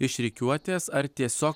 iš rikiuotės ar tiesiog